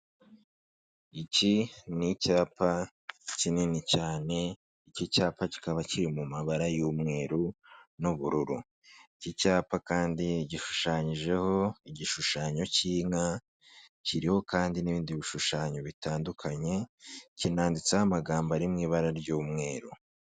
Iki ni icyapa kinini cyane, iki cyapa kikaba kiri mu mabara y'umweru n'ubururu. Iki cyapa kandi gishushanyijeho igishushanyo cy'inka, kiriho kandi n'ibindi bishushanyo bitandukanye, kinanditseho amagambo ari mu ibara ry'umweru.